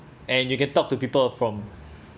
and you can talk to people from